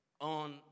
on